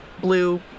blue